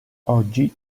oggi